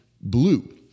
blue